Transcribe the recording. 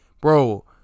Bro